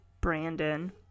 Brandon